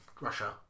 Russia